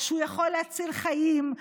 שהוא יכול להציל חיים,